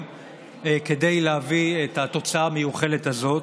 כדי להביא את התוצאה המיוחלת הזאת,